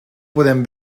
podem